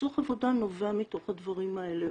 סכסוך העבודה נובע מהדברים האלה,